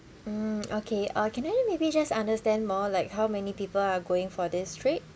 mm okay uh can I maybe just understand more like how many people are going for this trip